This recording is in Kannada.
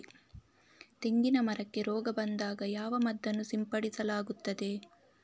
ತೆಂಗಿನ ಮರಕ್ಕೆ ರೋಗ ಬಂದಾಗ ಯಾವ ಮದ್ದನ್ನು ಸಿಂಪಡಿಸಲಾಗುತ್ತದೆ?